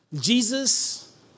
Jesus